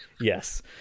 Yes